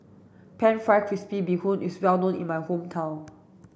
pan fried crispy bee Hoon is well known in my hometown